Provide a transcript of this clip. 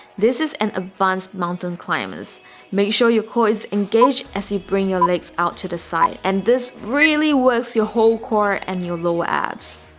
this is an advanced mountain climbers make sure your core is engaged as you bring your legs out to the side and this really works your whole core and your lower abs